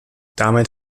damit